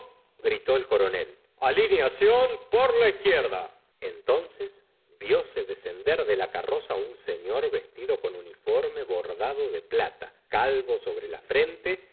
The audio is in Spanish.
gritó el coronel ialineación por la izquierda entonces vióse descender de la carroza un senor vestido con uniforme bordado de plata calvo sobre la frente